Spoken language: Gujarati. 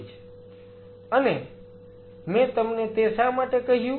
Refer Time 2212 અને મેં તમને તે શા માટે કહ્યું